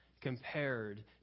compared